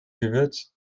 gewürz